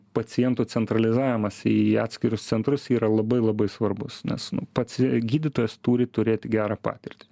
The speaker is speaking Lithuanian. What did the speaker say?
pacientų centralizavimas į atskirus centrus yra labai labai svarbus nes nu pats gydytojas turi turėt gerą patirtį